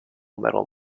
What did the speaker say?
metal